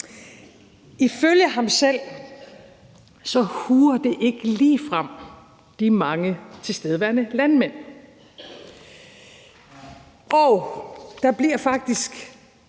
Ifølge ham selv huer det ikke ligefrem de mange tilstedeværende landmænd, og der bliver faktisk